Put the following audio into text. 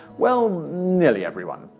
well, nearly everyone.